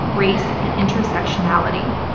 race and intersectionality.